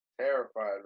Terrified